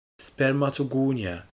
spermatogonia